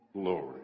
glory